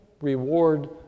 reward